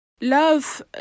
love